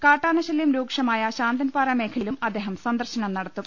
കാട്ടാനശല്യം രൂക്ഷമായ ശാന്തൻപാറ മേഖലയിലും അദ്ദേഹം സന്ദർശനം നടത്തും